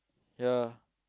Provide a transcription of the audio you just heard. ya